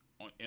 on